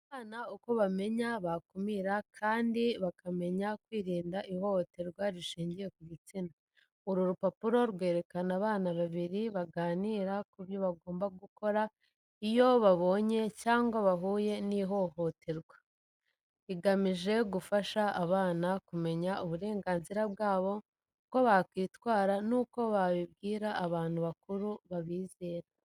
Abana uko bamenya, bakumira, kandi bakamenya kwirinda ihohoterwa rishingiye ku gitsina. Uru rupapuro rwerekana abana babiri baganira ku byo bagomba gukora iyo babonye cyangwa bahuye n’ihohoterwa. Igamije gufasha abana kumenya uburenganzira bwabo, uko bakwitwara, n’uko babibwira abantu bakuru babizera.